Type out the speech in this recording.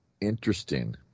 interesting